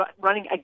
running